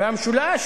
והמשולש,